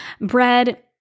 Bread